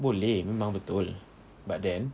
boleh memang betul but then